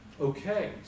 Okay